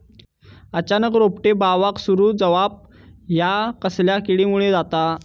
अचानक रोपटे बावाक सुरू जवाप हया कसल्या किडीमुळे जाता?